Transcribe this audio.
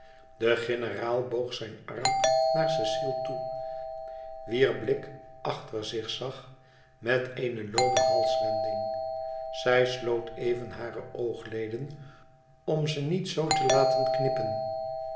de generaal boog zijn arm naar cecile toe wier blik achter zich zag met eene loome halswending zij sloot even hare oogleden om ze niet zoo te laten knippen